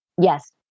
yes